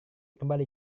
kembali